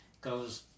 Goes